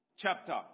chapter